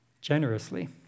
generously